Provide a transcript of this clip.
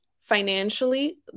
financially